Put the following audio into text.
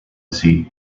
seat